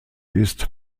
ist